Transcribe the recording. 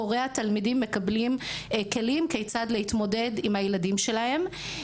הורי התלמידים מקבלים כלים כיצד להתמודד עם הילדים שלהם.